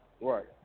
Right